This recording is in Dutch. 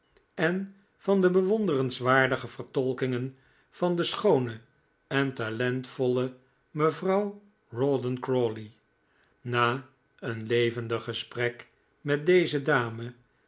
en van de bewonderenswaardige vertolkingen van de schoone en talentvolle mevrouw rawdon crawley na een levendig gesprek met deze dame